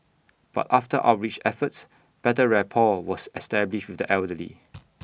but after outreach efforts better rapport was established with the elderly